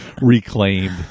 reclaimed